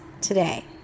today